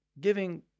giving